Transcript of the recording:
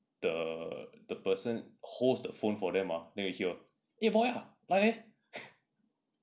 the the person holds the phone for them ah then you hear eh boy ah 来 leh